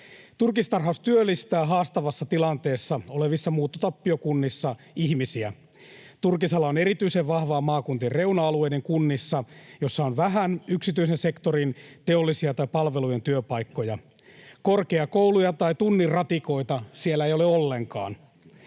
Turkistarhaus työllistää haastavassa tilanteessa olevissa muuttotappiokunnissa ihmisiä. Turkisala on erityisen vahvaa maakuntien reuna-alueiden kunnissa, joissa on vähän yksityisen sektorin teollisia tai palvelujen työpaikkoja — korkeakouluja tai tunnin ratikoita siellä ei ole ollenkaan.